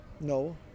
No